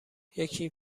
یکی